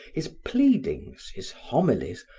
his pleadings, his homelies,